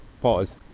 pause